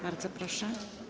Bardzo proszę.